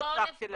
לא הצלחתי להבין.